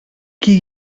qui